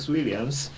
Williams